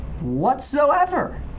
whatsoever